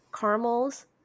Caramels